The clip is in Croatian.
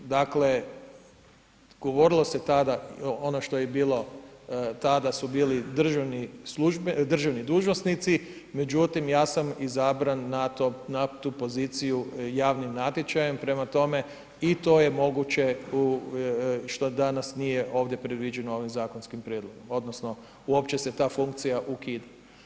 Dakle, govorilo se tada ono što je bilo tada su bili državni dužnosnici, međutim ja sam izabran na tu poziciju javnim natječajem, prema tome i to je moguće što danas nije ovdje predviđeno ovim zakonskim prijedlogom odnosno uopće se ta funkcija ukida.